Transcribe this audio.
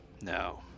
No